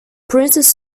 princess